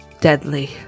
Deadly